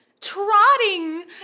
trotting